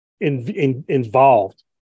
involved